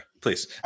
please